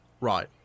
right